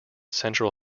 central